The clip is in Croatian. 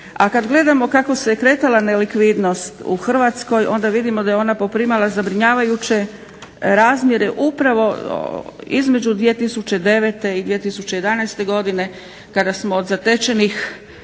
A kada gledamo kako se je kretala nelikvidnost u Hrvatskoj onda vidimo da je ona poprimala zabrinjavajuće razmjere upravo između 2009. i 2011. godine kada smo od zatečenih